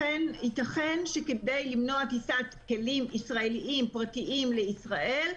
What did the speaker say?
ייתכן שאכן כדי למנוע טיסת כלים ישראליים פרטיים לישראל,